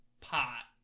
pot